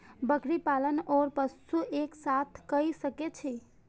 बकरी पालन ओर पशु एक साथ कई सके छी?